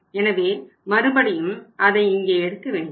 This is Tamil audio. எனவே மறுபடியும் அதை இங்கே எடுக்க வேண்டாம்